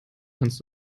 kannst